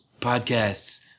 Podcasts